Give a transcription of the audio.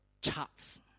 charts